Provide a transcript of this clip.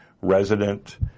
resident